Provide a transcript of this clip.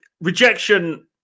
rejection